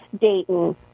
Dayton